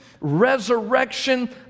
resurrection